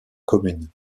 commune